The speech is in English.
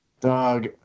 Dog